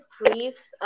brief